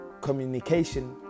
communication